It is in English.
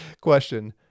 question